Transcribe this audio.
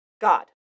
God